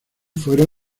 fueron